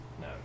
No